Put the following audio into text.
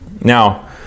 Now